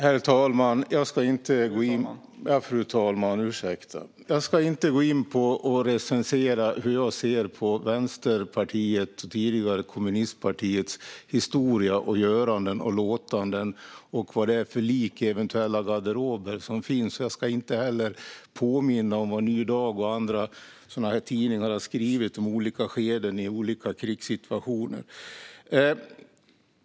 Fru talman! Jag ska inte gå in och recensera hur jag ser på Vänsterpartiets, det tidigare kommunistpartiets, historia och göranden och låtanden och eventuella lik i garderober. Jag ska inte heller påminna om vad Ny Dag och andra sådana tidningar har skrivit om olika skeden i olika krigssituationer.